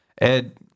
Ed